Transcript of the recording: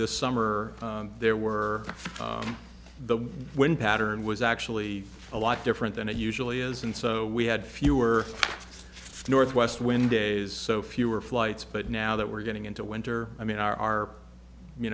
the summer there were the wind pattern was actually a lot different than it usually is and so we had fewer northwest wind days so fewer flights but now that we're getting into winter i mean our you